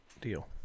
deal